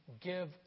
give